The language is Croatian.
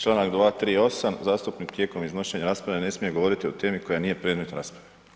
Članak 238. zastupnik tijekom iznošenja rasprave ne smije govoriti o temi koja nije predmet rasprave.